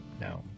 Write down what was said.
no